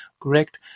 correct